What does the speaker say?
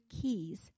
keys